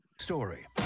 story